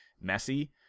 messy